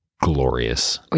glorious